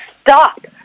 stop